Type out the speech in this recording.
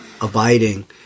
abiding